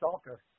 stalker